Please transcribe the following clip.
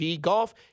Golf